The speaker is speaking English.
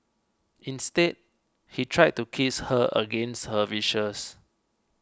instead he tried to kiss her against her wishes